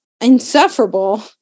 insufferable